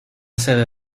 sede